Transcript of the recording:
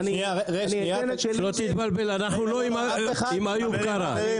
------ שלא תתבלבל, אנחנו לא עם אביר קארה.